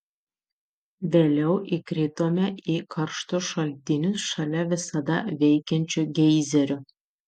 vėliau įkritome į karštus šaltinius šalia visada veikiančių geizerių